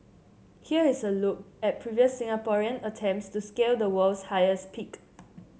here is a look at previous Singaporean attempts to scale the world's highest peak